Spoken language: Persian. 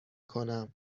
کنم